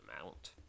amount